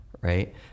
right